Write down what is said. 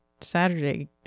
saturday